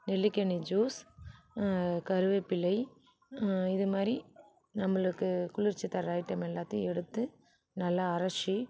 நெல்லிக்கனி ஜூஸ் கறிவேப்பிலை இது மாதிரி நம்பளுக்கு குளிர்ச்சி தர ஐட்டம் எல்லாத்தையும் எடுத்து நல்லா அரைச்சி